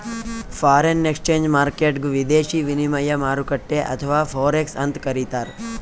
foreign exchange ಮಾರ್ಕೆಟ್ಗ್ ವಿದೇಶಿ ವಿನಿಮಯ ಮಾರುಕಟ್ಟೆ ಅಥವಾ ಫೋರೆಕ್ಸ್ ಅಂತ್ ಕರಿತಾರ್